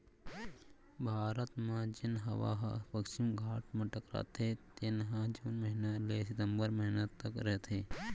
भारत म जेन हवा ह पस्चिम घाट म टकराथे तेन ह जून महिना ले सितंबर महिना तक रहिथे